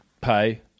Pay